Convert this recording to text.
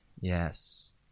yes